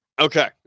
okay